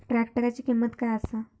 ट्रॅक्टराची किंमत काय आसा?